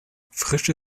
frische